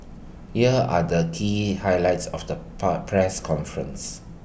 here are the key highlights of the pa press conference